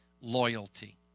loyalty